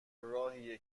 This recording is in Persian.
راهیه